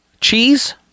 cheese